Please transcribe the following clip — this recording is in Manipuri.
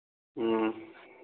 ꯎꯝ